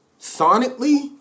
sonically